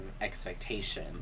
expectation